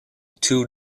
two